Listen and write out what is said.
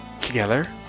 together